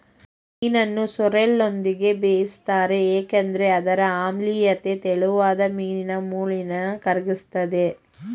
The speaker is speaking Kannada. ಮೀನನ್ನು ಸೋರ್ರೆಲ್ನೊಂದಿಗೆ ಬೇಯಿಸ್ತಾರೆ ಏಕೆಂದ್ರೆ ಅದರ ಆಮ್ಲೀಯತೆ ತೆಳುವಾದ ಮೀನಿನ ಮೂಳೆನ ಕರಗಿಸ್ತದೆ